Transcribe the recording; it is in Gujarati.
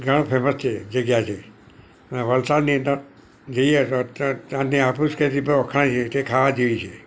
ઘણો ફેમસ છે જગ્યા છે અને વલસાડની અંદર જોઈએ તો ત્યાંની હાફૂસ કેરી તો વખણાય છે જે ખાવા જેવી છે